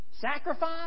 sacrifice